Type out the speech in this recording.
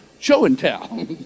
show-and-tell